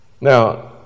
Now